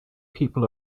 people